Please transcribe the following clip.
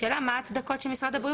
השאלה היא: מהן ההצדקות של משרד הבריאות?